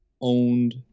owned